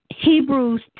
Hebrews